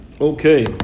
Okay